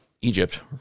Egypt